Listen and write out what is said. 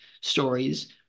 stories